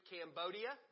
Cambodia